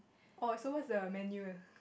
oh so what's the menu